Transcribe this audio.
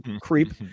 creep